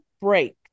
break